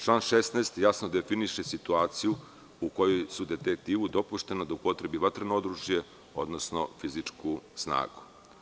Član 16. jasno definiše situaciju u kojoj je detektivu dopušteno da upotrebi vatreno oružje, odnosno fizičku snagu.